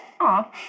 Aw